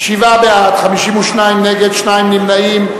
שבעה בעד, 52 נגד, שניים נמנעים.